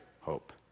hope